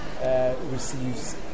Receives